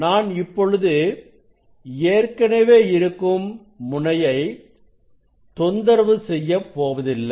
நான் இப்பொழுது ஏற்கனவே இருக்கும் முனையை தொந்தரவு செய்ய போவதில்லை